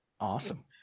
Awesome